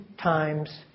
times